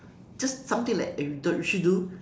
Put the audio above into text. just something like eh we should do